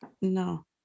No